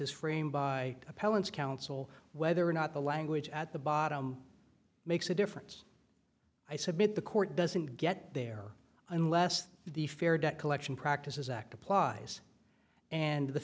as framed by appellants counsel whether or not the language at the bottom makes a difference i submit the court doesn't get there unless the fair debt collection practices act applies and the